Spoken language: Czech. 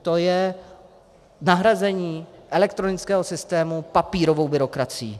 To je nahrazení elektronického systému papírovou byrokracií.